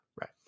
right